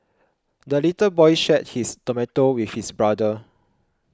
the little boy shared his tomato with his brother